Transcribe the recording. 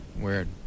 Weird